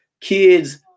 kids